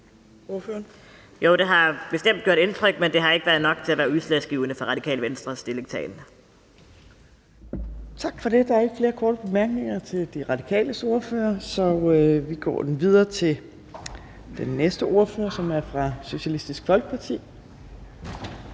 (RV): Jo, det har bestemt gjort indtryk, men det har ikke været nok til at være udslagsgivende for Radikale Venstres stillingtagen. Kl. 11:43 Fjerde næstformand (Trine Torp): Tak for det. Der er ikke flere korte bemærkninger til De Radikales ordfører, så vi går videre til næste ordfører, som er fra Socialistisk Folkeparti,